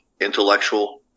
intellectual